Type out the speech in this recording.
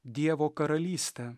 dievo karalystę